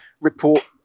report